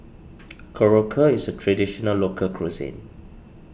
Korokke is a Traditional Local Cuisine